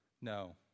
No